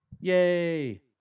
Yay